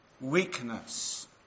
weakness